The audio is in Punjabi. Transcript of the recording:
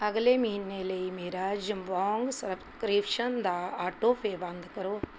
ਅਗਲੇ ਮਹੀਨੇ ਲਈ ਮੇਰਾ ਜਬੌਂਗ ਸਬਕ੍ਰਿਪਸ਼ਨ ਦਾ ਆਟੋਪੇਅ ਬੰਦ ਕਰੋ